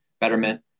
betterment